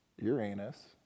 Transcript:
Uranus